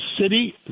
city